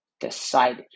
decided